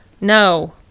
No